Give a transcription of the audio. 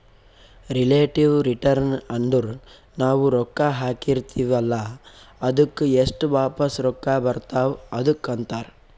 relative return ಅಂದುರ್ ನಾವು ರೊಕ್ಕಾ ಹಾಕಿರ್ತಿವ ಅಲ್ಲಾ ಅದ್ದುಕ್ ಎಸ್ಟ್ ವಾಪಸ್ ರೊಕ್ಕಾ ಬರ್ತಾವ್ ಅದುಕ್ಕ ಅಂತಾರ್